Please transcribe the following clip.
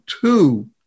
two